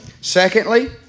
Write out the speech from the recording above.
Secondly